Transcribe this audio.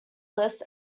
list